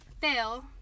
fail